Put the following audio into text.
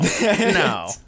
No